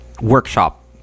workshop